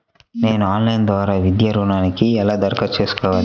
నేను ఆన్లైన్ ద్వారా విద్యా ఋణంకి ఎలా దరఖాస్తు చేసుకోవాలి?